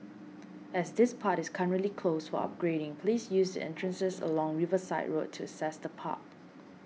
as this part is currently closed for upgrading please use the entrances along Riverside Road to access the park